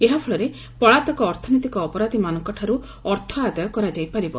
ଏହାଫଳରେ ପଳାତକ ଅର୍ଥନୈତିକ ଅପରାଧୀ ମାନଙ୍କଠାରୁ ଅର୍ଥ ଆଦାୟ କରାଯାଇପାରିବ